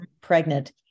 pregnant